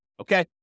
Okay